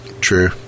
True